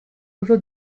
uso